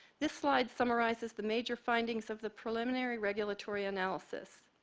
this slide summarizes the major findings of the preliminary regulatory analysis.